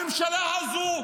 הממשלה הזו,